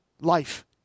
life